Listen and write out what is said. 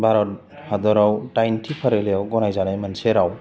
भारत हादराव दाइनथि फारिलाइयाव गनायजानाय मोनसे राव